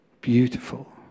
Beautiful